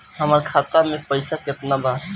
हमरा खाता में पइसा केतना बा?